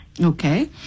Okay